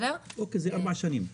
ארבע שנים.